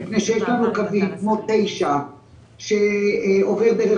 מפני שיש לנו קווים כמו קו 9 שעובר דרך